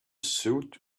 suit